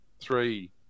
three